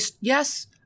Yes